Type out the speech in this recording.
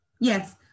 yes